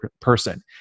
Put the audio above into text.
person